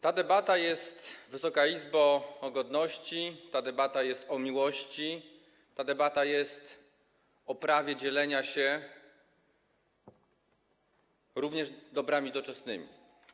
Ta debata jest, Wysoka Izbo, o godności, ta debata jest o miłości, ta debata jest o prawie dzielenia się również dobrami doczesnymi.